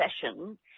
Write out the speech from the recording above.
session